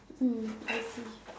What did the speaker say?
mm I see